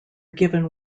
given